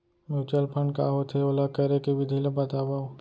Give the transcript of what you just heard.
mutual fund का होथे, ओला करे के विधि ला बतावव